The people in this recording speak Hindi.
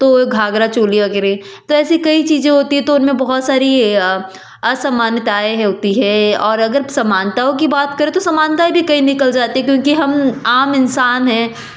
तो घाघरा चोली वगैरह तो ऐसे कई चीज़ें होती है तो उनमें बहुत सारी असमानताएं होती है और अगर समानताओं की बात करें तो समानताएँ भी कई निकल जाते क्योंकि हम आम इंसान हैं